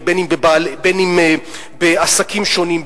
בין אם בעסקים שונים,